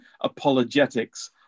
apologetics